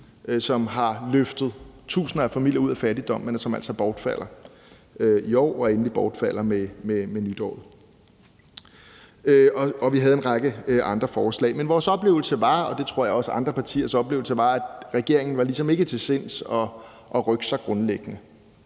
som har løftet tusinder af familier ud af fattigdom, men som altså bortfalder i år og endeligt bortfalder med nytåret. Og vi havde en række andre forslag. Men vores oplevelse var, og det tror jeg også andre partiers oplevelse var, at regeringen ligesom ikke var til sinds at rykke sig grundlæggende